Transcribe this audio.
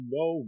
no